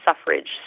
suffrage